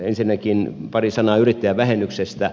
ensinnäkin pari sanaa yrittäjävähennyksestä